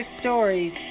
stories